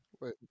Wait